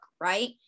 right